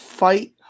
fight